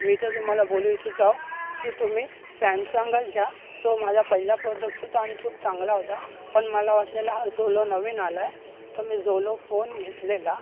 मी तर तुमहाला बोलू इच्छित आहे की तुम्ही सॅमसंगच घ्या जो माझा पहिला प्रोडक्स होता आणि खूप चांगला होता पण मला वाटलेलं हा झोलो नवीन आला आहे तर मी झोलो फोन घेतलेला